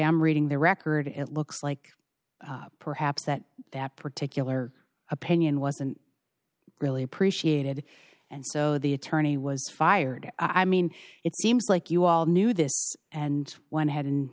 i'm reading the record it looks like perhaps that that particular opinion wasn't really appreciated and so the attorney was fired i mean it seems like you all knew this and went ahead and